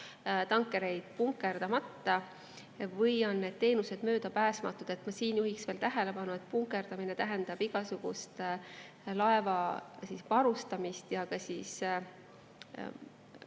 tankereid punkerdamata või on need teenused möödapääsmatud. Ma juhiks siin tähelepanu sellele, et punkerdamine tähendab igasugust laeva varustamist ja ka